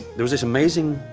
there was this amazing